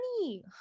money